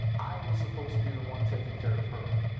i was supposed to be the one taking care of her.